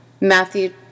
Matthew